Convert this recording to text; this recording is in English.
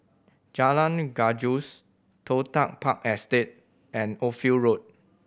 Jalan Gajus Toh Tuck Park Estate and Ophir Road